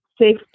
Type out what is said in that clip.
safe